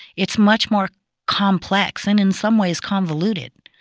it's much more complex and in some ways convoluted,